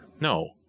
No